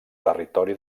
territori